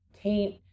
taint